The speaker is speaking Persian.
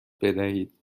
بدهید